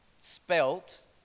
spelt